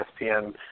ESPN